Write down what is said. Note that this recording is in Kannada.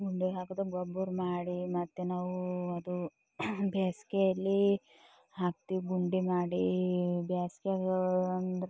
ಗುಂಡ್ಯಾಗ ಹಾಕಿದ್ದು ಗೊಬ್ಬರ ಮಾಡಿ ಮತ್ತೆ ನಾವು ಅದು ಬೇಸಿಗೆಯಲ್ಲಿ ಹಾಕ್ತೀವಿ ಗುಂಡಿ ಮಾಡಿ ಬೇಸ್ಗೆಗೆ ಒಂದು